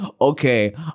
okay